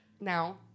Now